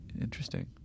Interesting